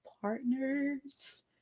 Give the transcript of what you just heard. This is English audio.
partners